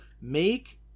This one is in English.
make